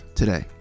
today